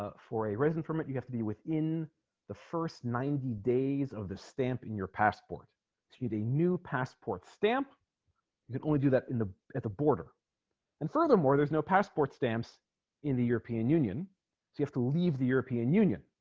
ah for a resident from it you have to be within the first ninety days of the stamp in your passport skewed a new passport stamp you can only do that in the at the border and furthermore there's no passport stamps in the european union you have to leave the european union